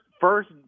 first